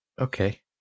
Okay